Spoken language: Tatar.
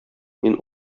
мин